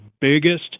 biggest